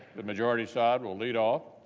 the majority side will lead off.